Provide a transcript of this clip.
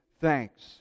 thanks